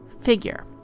figure